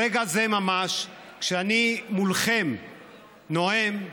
ברגע זה ממש, אני מולכם נואם,